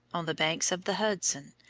on the banks of the hudson,